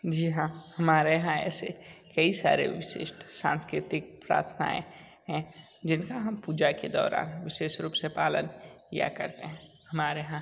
जी हाँ हमारे यहाँ ऐसे कई सारे विशिष्ट सांस्कृतिक प्रार्थनाएँ जिनका हम पूजा के दौरान विशेष रूप से पालन किया करते है हमारे यहाँ